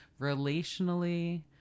relationally